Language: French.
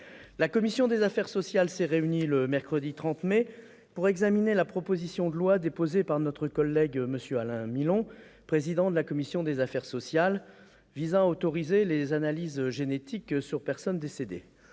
La commission des affaires sociales s'est réunie le mercredi 30 mai pour examiner la proposition de loi déposée par notre collègue Alain Milon, président de la commission des affaires sociales, visant à autoriser les analyses génétiques sur personne décédée.